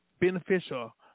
beneficial